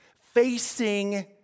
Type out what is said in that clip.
facing